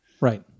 right